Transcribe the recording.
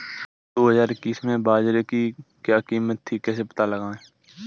दो हज़ार इक्कीस में बाजरे की क्या कीमत थी कैसे पता लगाएँ?